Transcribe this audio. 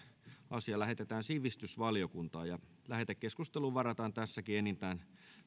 asia lähetetään sivistysvaliokuntaan lähetekeskusteluun varataan enintään